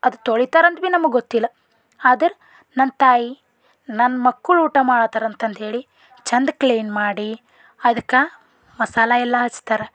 ಅದು ತೊಳಿತಾರೆ ಅಂತ ಭಿ ನಮಗೆ ಗೊತ್ತಿಲ್ಲ ಆದರೆ ನನ್ನ ತಾಯಿ ನನ್ನ ಮಕ್ಕಳು ಊಟ ಮಾಡ್ಲತ್ತರ ಅಂತಂದು ಹೇಳಿ ಚಂದ ಕ್ಲೀನ್ ಮಾಡಿ ಅದಕ್ಕೆ ಮಸಾಲೆ ಎಲ್ಲ ಹಚ್ತಾರ